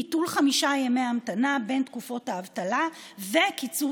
ביטול חמישה ימי המתנה בין תקופות האבטלה וקיצור